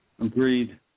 Agreed